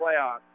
playoffs